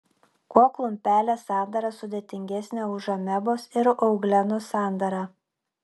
kuo klumpelės sandara sudėtingesnė už amebos ir euglenos sandarą